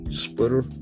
splitter